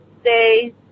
stay